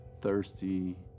thirsty